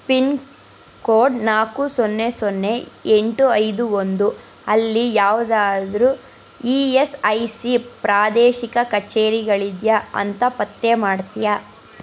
pin code ನಾಲ್ಕು ಸೊನ್ನೆ ಸೊನ್ನೆ ಎಂಟು ಐದು ಒಂದು ಅಲ್ಲಿ ಯಾವುದಾದ್ರೂ ಇ ಎಸ್ ಐ ಸಿ ಪ್ರಾದೇಶಿಕ ಕಚೇರಿಗಳಿದೆಯಾ ಅಂತ ಪತ್ತೆ ಮಾಡ್ತೀಯಾ